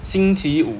星期五